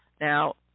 Now